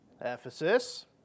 Ephesus